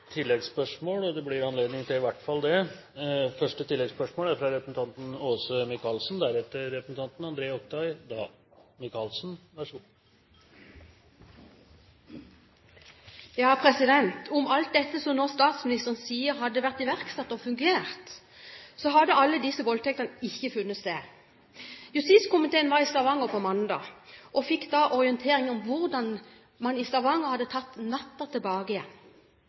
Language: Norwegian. det blir anledning til i hvert fall det – først Åse Michaelsen. Om alt dette som statsministeren nå sier, hadde vært iverksatt, og hadde fungert, hadde ikke alle disse voldtektene funnet sted. Justiskomiteen var i Stavanger på mandag og fikk da orientering om hvordan man i Stavanger hadde tatt natten tilbake.